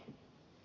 sen ed